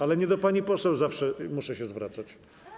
Ale nie do pani poseł zawsze muszę się zwracać.